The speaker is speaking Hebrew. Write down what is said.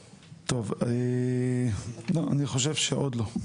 טוב, אני חושב שעוד לא.